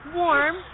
warm